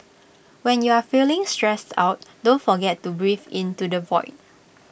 when you are feeling stressed out don't forget to breathe into the void